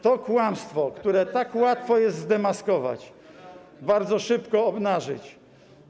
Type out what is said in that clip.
To kłamstwo, które tak łatwo jest zdemaskować, bardzo szybko można je obnażyć.